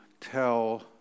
tell